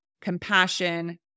compassion